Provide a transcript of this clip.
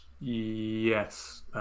Yes